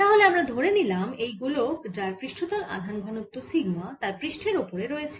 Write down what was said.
তাহলে আমরা ধরে নিলাম একটি গোলক যার পৃষ্ঠতল আধান ঘনত্ব সিগমা তার পৃষ্ঠের ওপরে রয়েছে